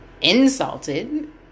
insulted